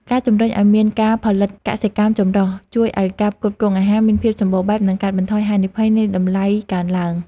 ការជម្រុញឱ្យមានការផលិតកសិកម្មចម្រុះជួយឱ្យការផ្គត់ផ្គង់អាហារមានភាពសម្បូរបែប និងកាត់បន្ថយហានិភ័យនៃតម្លៃកើនឡើង។